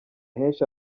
henshi